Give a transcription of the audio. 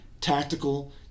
tactical